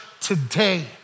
today